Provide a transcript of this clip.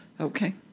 Okay